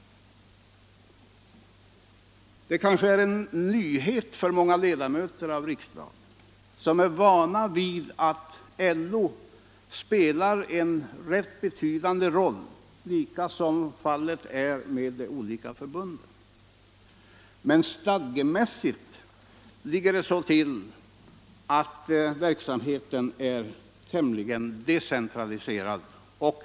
Det kanske är en nyhet för många ledamöter Fredagen den av riksdagen, som är vana vid att LO spelar en rätt betydande roll, liksom 4 juni 1976 fallet är med de olika förbunden. Men stadgeenligt ligger det så till at: —— verksamheten är tämligen decentraliserad.